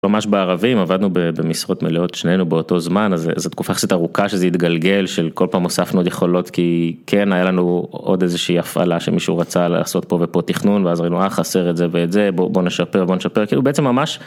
ממש בערבים עבדנו במשרות מלאות שנינו באותו זמן, איזה תקופה קצת ארוכה שזה התגלגל, של כל פעם הוספנו עוד יכולות כי כן היה לנו עוד איזושהי הפעלה שמישהו רצה לעשות פה ופה תכנון, ואז ראינו, אה, חסר את זה ואת זה, בוא נשפר, בוא נשפר, כאילו בעצם ממש.